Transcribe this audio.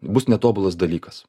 bus netobulas dalykas